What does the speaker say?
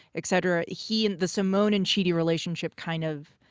et cetera, he and the simone and chidi relationship kind of,